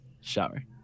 Shower